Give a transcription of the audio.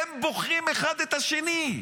הם בוחרים אחד את השני,